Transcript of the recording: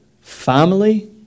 family